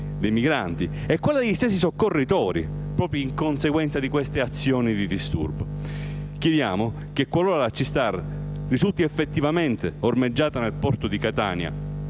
migranti e degli stessi soccorritori, proprio in conseguenza di queste azioni di disturbo. Chiediamo che, qualora la C-Star risulti effettivamente ormeggiata nel porto di Catania